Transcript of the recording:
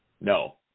No